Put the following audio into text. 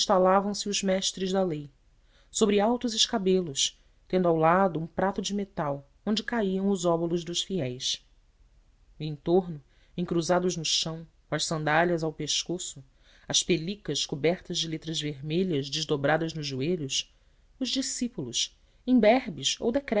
instalavam se os mestres da lei sobre altos escabelos tendo ao lado um prato de metal onde caíam os óbolos dos fiéis e em torno encruzados no chão com as sandálias ao pescoço as pelicas cobertas de letras vermelhas desdobradas nos joelhos os discípulos imberbes ou